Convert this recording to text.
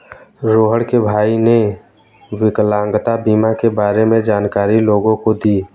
रोहण के भाई ने विकलांगता बीमा के बारे में जानकारी लोगों को दी